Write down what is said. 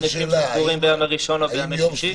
סניפים שסגורים בימי ראשון או בימי שישי.